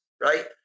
right